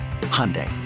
Hyundai